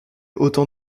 autant